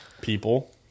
People